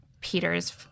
Peter's